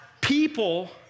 people